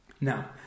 Now